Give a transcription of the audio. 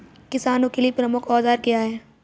किसानों के लिए प्रमुख औजार क्या हैं?